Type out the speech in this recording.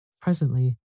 Presently